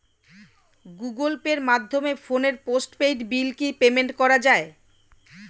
Google পের মাধ্যমে ফোনের পোষ্টপেইড বিল কি পেমেন্ট করা যায়?